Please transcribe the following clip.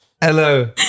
Hello